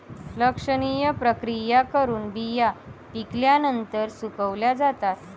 लक्षणीय प्रक्रिया करून बिया पिकल्यानंतर सुकवल्या जातात